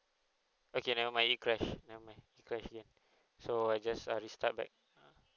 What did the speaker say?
okay never mind it crash never mind it crash again so I just uh restart back